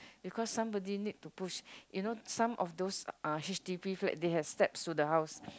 because somebody need to push you know some of those uh H_D_B flats they have steps to the house